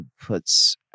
puts